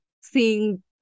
seeing